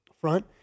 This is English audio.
front